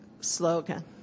slogan